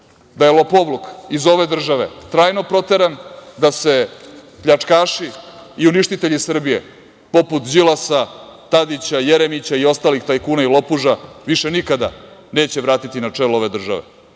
da je lopovluk iz ove države trajno proteran, da se pljačkaši i uništitelji Srbije, poput Đilasa, Tadića, Jeremića i ostalih tajkuna i lopuža više nikada neće vratiti na čelo ove države,